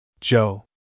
Joe